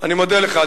אני מודה לך,